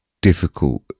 difficult